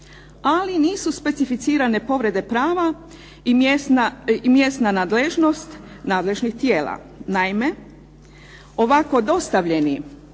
ali nisu specificirane povrede prava i mjesna nadležnost nadležnih tijela. Naime, ovako dostavljeni